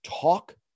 talk